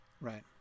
right